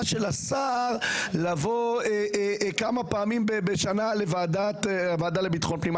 של השר לבוא כמה פעמים בשנה לוועדה לביטחון פנים.